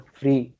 free